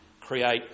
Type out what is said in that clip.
create